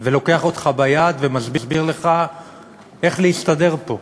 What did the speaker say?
ולוקח אותך ביד ומסביר לך איך להסתדר פה.